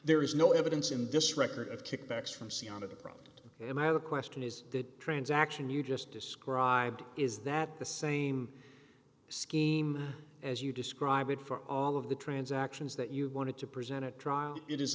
there is no evidence in this record of kickbacks from sea on of the ground and i have a question is the transaction you just described is that the same scheme as you describe it for all of the transactions that you wanted to present a trial it is